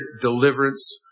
deliverance